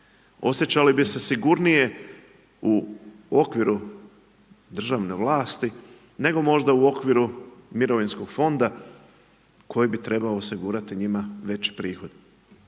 osjećali bi se sigurnije u okviru državne vlasti, nego možda u okviru mirovinskog fonda koji bi trebao osigurati njima veći prihod.